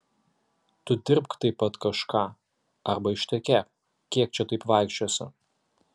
tu dirbk taip pat kažką arba ištekėk kiek čia taip vaikščiosi